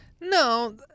No